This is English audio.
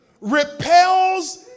repels